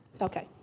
Okay